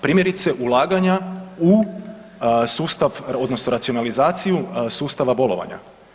Primjerice ulaganja u sustav odnosno racionalizaciju sustava bolovanja.